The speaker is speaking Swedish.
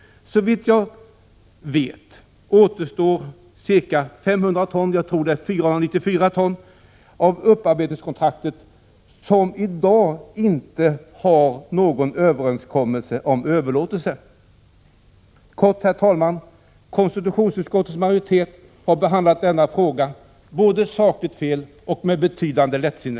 Såvitt jag skrivelser vet återstår ca 500 ton — jag tror det är 494 ton — av upparbetningskontrakten som man i dag inte har någon överenskommelse om överlåtelse av. Kort sagt, herr talman, — konstitutionsutskottets majoritet har behandlat denna fråga både sakligt fel och med betydande lättsinne.